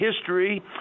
history